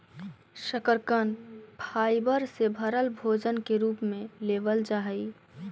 शकरकन फाइबर से भरल भोजन के रूप में लेबल जा हई